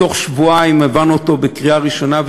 בתוך שבועיים העברנו אותו בקריאה ראשונה,